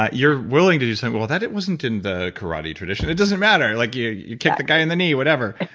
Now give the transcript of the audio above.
ah you're willing to do something well, that wasn't in the karate tradition. it doesn't matter. like you you kicked the guy in the knee, whatever,